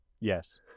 Yes